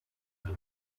the